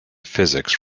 physics